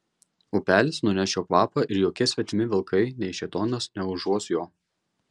upelis nuneš jo kvapą ir jokie svetimi vilkai nei šėtonas neužuos jo